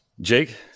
Jake